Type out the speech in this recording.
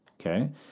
Okay